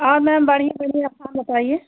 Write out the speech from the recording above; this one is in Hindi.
और मैम बढ़िया बढ़िया स्थान बताइए